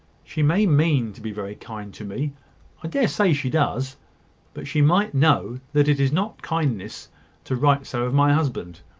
she may mean to be very kind to me i dare say she does but she might know that it is not kindness to write so of my husband.